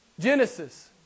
Genesis